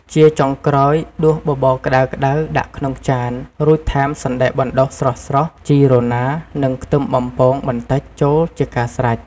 ជាចុងក្រោយ ដួសបបរក្តៅៗដាក់ក្នុងចាន រួចថែមសណ្ដែកបណ្ដុះស្រស់ៗ ជីរណារ និង ខ្ទឹមបំពងបន្តិចចូលជាការស្រេច។